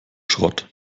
schrott